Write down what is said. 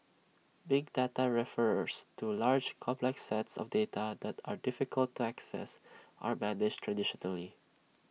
big data refers to large complex sets of data that are difficult to access or manage traditionally